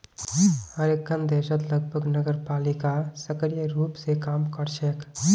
हर एकखन देशत लगभग नगरपालिका सक्रिय रूप स काम कर छेक